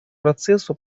процессу